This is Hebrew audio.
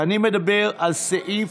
אני מדבר על סעיף,